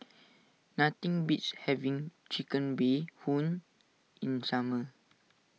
nothing beats having Chicken Bee Hoon in summer